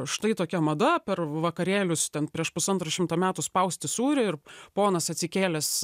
štai tokia mada per vakarėlius ten prieš pusantro šimto metų spausti sūrį ir ponas atsikėlęs